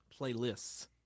Playlists